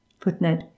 Footnote